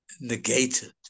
negated